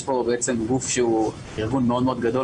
יש פה ארגון מאוד גדול,